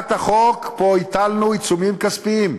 פה הטלנו עיצומים כספיים.